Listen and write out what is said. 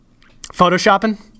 photoshopping